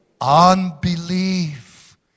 unbelief